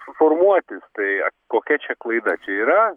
suformuotis tai kokia čia klaida čia yra